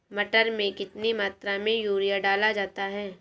मटर में कितनी मात्रा में यूरिया डाला जाता है?